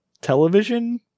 television